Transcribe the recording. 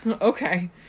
Okay